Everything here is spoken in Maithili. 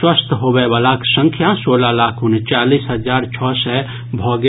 स्वस्थ होबय वलाक संख्या सोलह लाख उनचालीस हजार छओ सय भऽ गेल